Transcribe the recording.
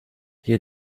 hier